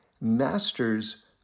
masters